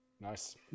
nice